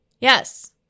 Yes